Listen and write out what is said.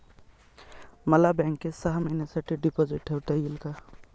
मला बँकेत सहा महिन्यांसाठी डिपॉझिट ठेवता येईल का?